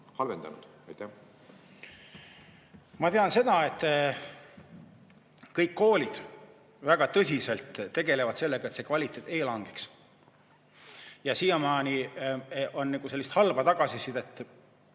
Ma tean, et kõik koolid väga tõsiselt tegelevad sellega, et kvaliteet ei langeks. Ja siiamaani on sellist halba tagasisidet